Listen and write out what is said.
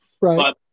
right